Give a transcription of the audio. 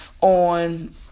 on